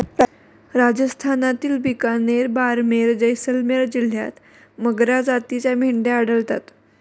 राजस्थानातील बिकानेर, बारमेर, जैसलमेर जिल्ह्यांत मगरा जातीच्या मेंढ्या आढळतात